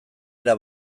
era